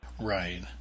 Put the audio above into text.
Right